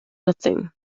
nothing